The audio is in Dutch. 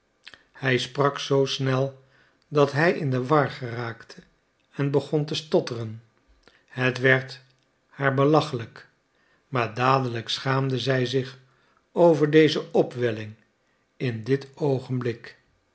hij sprak zoo snel dat hij in de war geraakte en begon te stotteren het werd haar belachelijk maar dadelijk schaamde zij zich over deze opwelling in dit oogenblik